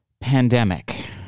pandemic